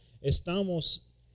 estamos